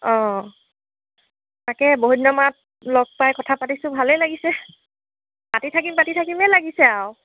অঁ তাকে বহুতদিনৰ মূৰত লগ পাই কথা পাতিছোঁ ভালেই লাগিছে পাতি থাকিম পাতি থাকিমেই লাগিছে আৰু